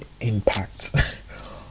impact